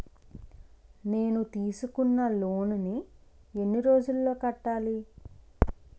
నేను తీసుకున్న లోన్ నీ ఎన్ని రోజుల్లో కట్టాలి?